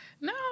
No